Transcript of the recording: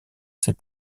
ses